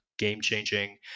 game-changing